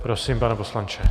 Prosím, pane poslanče.